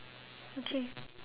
okay